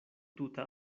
tuta